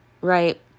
Right